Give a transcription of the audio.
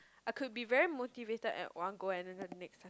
I could be very motivated at one go and then the next